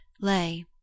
lay